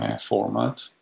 format